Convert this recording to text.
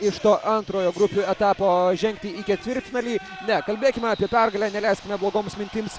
iš to antrojo grupių etapo žengti į ketvirtfinalį ne kalbėkime apie pergalę neleiskime blogoms mintims